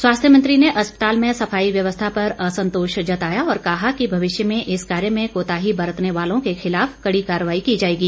स्वास्थ्य मंत्री ने अस्पताल में सफाई व्यवस्था पर असंतोष जताया और कहा कि भविष्य में इस कार्य में कोताही बरतने वालों के खिलाफ कड़ी कार्रवाई की जाएगी